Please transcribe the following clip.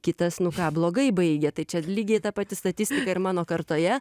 kitas nu ką blogai baigia tai čia lygiai ta pati statistika ir mano kartoje